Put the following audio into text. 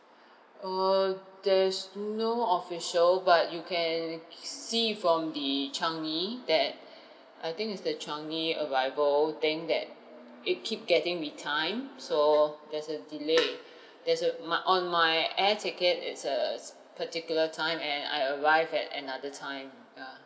err there's no official but you can see from the changi that I think it's the changi arrival thing that it keep getting retimed so there's a delay there's a my on my air ticket it's a particular time and I arrived at another time yeah